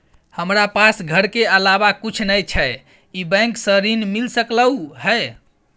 हमरा पास घर के अलावा कुछ नय छै ई बैंक स ऋण मिल सकलउ हैं?